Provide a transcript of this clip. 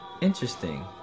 Interesting